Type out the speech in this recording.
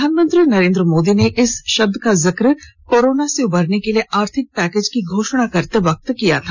प्रधानमंत्री नरेंद्र मोदी ने इस शब्द का जिक्र कोरोना से उबरने के लिए आर्थिक पैकेज की घोषणा करते वक्त किया था